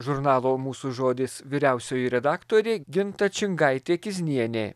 žurnalo mūsų žodis vyriausioji redaktorė ginta čingaitė kiznienė